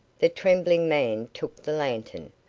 the trembling man took the lantern,